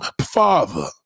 father